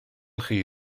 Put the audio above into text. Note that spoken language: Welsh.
chi